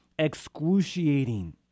excruciating